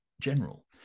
general